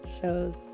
shows